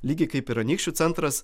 lygiai kaip ir anykščių centras